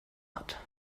hat